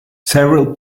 several